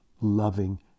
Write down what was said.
loving